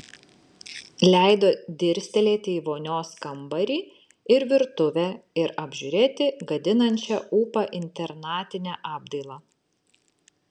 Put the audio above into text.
leido dirstelėti į vonios kambarį ir virtuvę ir apžiūrėti gadinančią ūpą internatinę apdailą